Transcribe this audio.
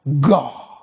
God